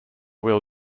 wheel